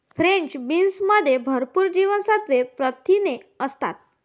French बीन्समध्ये भरपूर जीवनसत्त्वे, प्रथिने असतात